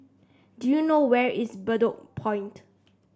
do you know where is Bedok Point